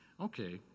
okay